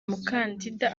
mukandida